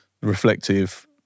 reflective